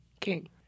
king